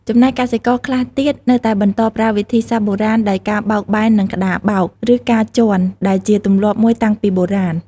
ចំណែកកសិករខ្លះទៀតនៅតែបន្តប្រើវិធីសាស្រ្ដបុរាណដោយការបោកបែននឹងក្ដារបោក ឬការជាន់ ដែលជាទម្លាប់មួយតាំងពីបុរាណ។